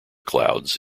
clouds